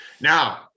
Now